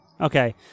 Okay